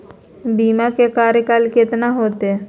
बीमा के कार्यकाल कितना होते?